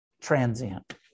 transient